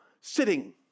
sitting